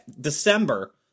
December